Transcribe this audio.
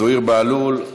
זוהיר בהלול,